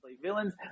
Villains